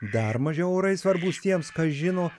dar mažiau orai svarbūs tiems kas žino